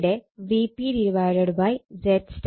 ഇവിടെ Vp ZY Ia ആണ്